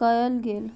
कयल गेल